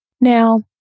Now